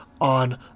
on